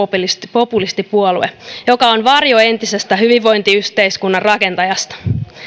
populistipuolue joka on varjo entisestä hyvinvointiyhteiskunnan rakentajasta